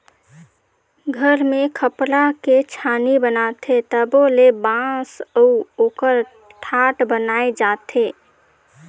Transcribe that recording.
घर मे खपरा के छानी बनाथे तबो ले बांस अउ ओकर ठाठ बनाये जाथे